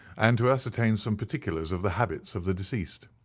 and to ascertain some particulars of the habits of the deceased.